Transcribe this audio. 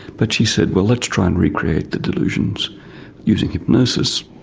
but she said well let's try and recreate the delusions using hypnosis.